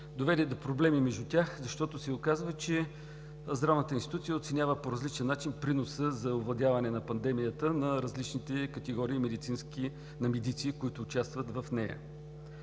доведе до проблеми между тях, защото се оказва, че здравната институция оценява по различен начин приноса за овладяване на пандемията за различните категории медици, които участват в нея.